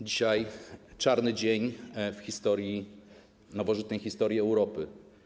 Dzisiaj czarny dzień w historii, nowożytnej historii Europy.